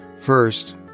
First